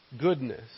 goodness